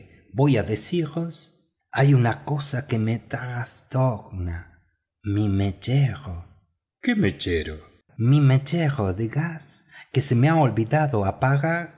voy a deciros hay una cosa que me trastoma mi mechero qué mechero mi mechero de gas que se me ha olvidado apagar